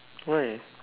why